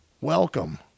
welcome